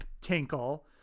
tinkle